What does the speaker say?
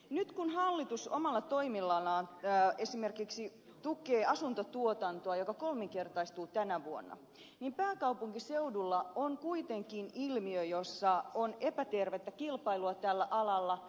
nyt kun hallitus omalla toiminnallaan esimerkiksi tukee asuntotuotantoa joka kolminkertaistuu tänä vuonna niin pääkaupunkiseudulla on kuitenkin ilmiö jossa on epätervettä kilpailua tällä alalla